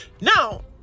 Now